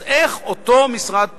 אז איך אותו משרד פנים,